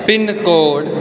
PIN code